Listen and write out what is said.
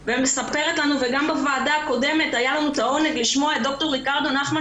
ומספרת לנו וגם בוועדה הקודמת היה לנו את העונג את ד"ר ריקרדו נחמן